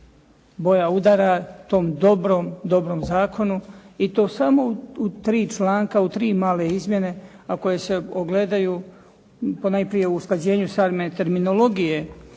boja udara tom dobrom zakonu i to samo u tri članka u tri male izmjene, a koje se ogledaju ponajprije u usklađenju same terminologije